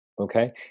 Okay